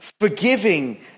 forgiving